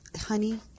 honey